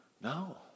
no